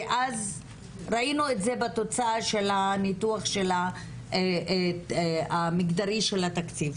ואז ראינו את זה בתוצאה של הניתוח המגדרי של התקציב,